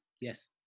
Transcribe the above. yes